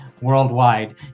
worldwide